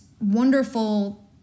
wonderful